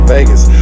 Vegas